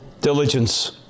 diligence